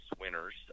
winners